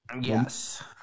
Yes